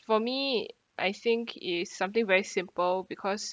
for me I think is something very simple because